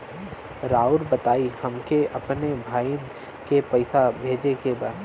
राउर बताई हमके अपने बहिन के पैसा भेजे के बा?